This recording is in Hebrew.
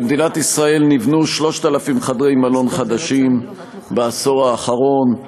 במדינת ישראל נבנו 3,000 חדרי מלון חדשים בעשור האחרון,